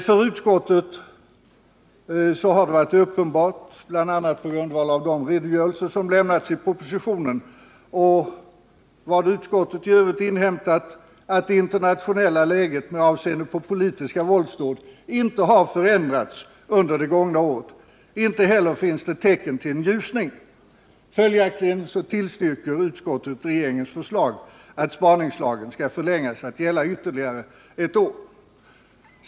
För utskottet har det varit uppenbart, på grundval av de uppgifter som lämnats i propositionen och av vad utskottet i övrigt inhämtat, att det internationella läget med avseende på politiska våldsdåd inte har förändrats under det gångna året. Inte heller finns det tecken på någon ljusning. Följaktligen tillstyrker utskottet regeringens förslag att spaningslagen skall förlängas att gälla ytterligare ett år.